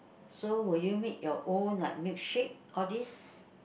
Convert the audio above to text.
so will you make your own like milkshake all this